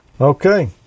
Okay